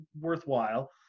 worthwhile